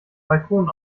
balkon